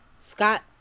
Scott